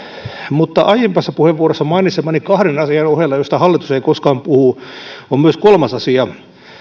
mutta aiemmassa puheenvuorossa mainitsemieni kahden asian ohella joista hallitus ei koskaan puhu on myös kolmas asia